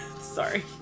sorry